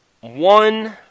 one –